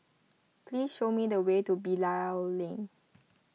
please show me the way to Bilal Lane